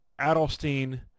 Adelstein